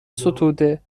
ستوده